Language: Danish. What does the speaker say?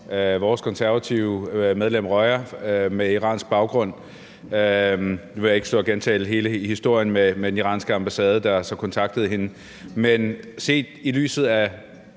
vores konservative medlem, Roya Moore, med iransk baggrund. Nu vil jeg ikke stå og gentage hele historien med den iranske ambassade, der kontaktede hende. Vil regeringen set i lyset af